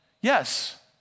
Yes